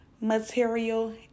material